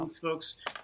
folks